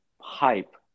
hype